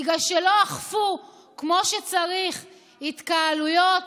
בגלל שלא אכפו כמו שצריך איסור התקהלויות,